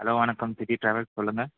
hello வணக்கம் city travels சொல்லுங்கள்